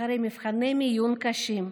אחרי מבחני מיון קשים,